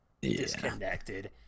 Disconnected